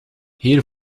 hier